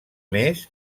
més